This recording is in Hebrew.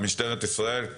משטרת ישראל,